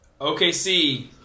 OKC